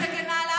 אני מגינה על העם.